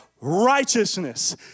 righteousness